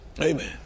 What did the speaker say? Amen